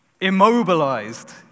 immobilized